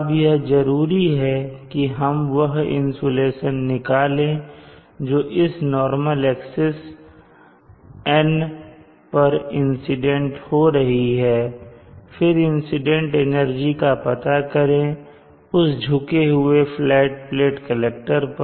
अब यह जरूरी है कि हम वह इंसुलेशन निकालें जो इस नॉर्मल एक्सिस पर इंसीडेंट हो रही है फिर इंसिडेंट एनर्जी का पता करें उस झुके हुए फ्लैट प्लेट कलेक्टर पर